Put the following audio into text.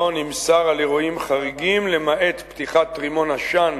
לא נמסר על אירועים חריגים, למעט פתיחת רימון עשן